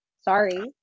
Sorry